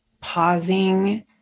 pausing